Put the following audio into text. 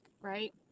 right